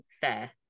fair